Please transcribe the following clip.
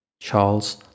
Charles